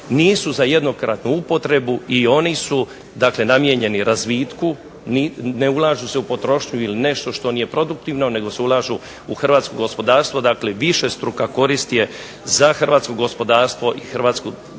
nisu za jednokratnu upotrebu dakle namijenjeni razvitku, ne ulažu se u potrošnju ili nešto što nije produktivno nego se ulažu u hrvatsko gospodarstvo. Dakle, višestruka korist je za hrvatsko gospodarstva i Hrvatsku državu